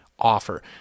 offer